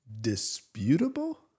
disputable